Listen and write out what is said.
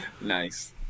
nice